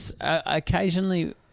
occasionally